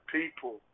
people